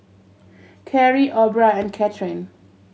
Carri Aubra and Katherin